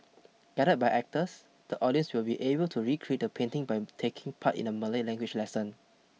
guided by actors the audience will be able to recreate the painting by taking part in a Malay language lesson